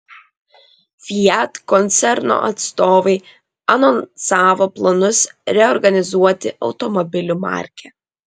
fiat koncerno atstovai anonsavo planus reorganizuoti automobilių markę